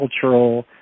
cultural